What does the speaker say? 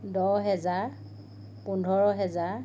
দহহেজাৰ পোন্ধৰ হেজাৰ